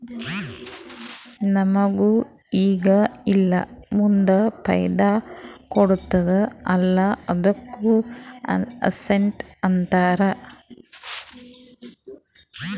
ನಮುಗ್ ಈಗ ಇಲ್ಲಾ ಮುಂದ್ ಫೈದಾ ಕೊಡ್ತುದ್ ಅಲ್ಲಾ ಅದ್ದುಕ ಅಸೆಟ್ಸ್ ಅಂತಾರ್